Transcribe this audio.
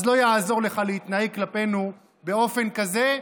אז לא יעזור לך להתנהג כלפינו באופן כזה,